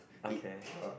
okay